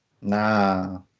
Nah